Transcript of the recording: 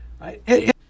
Right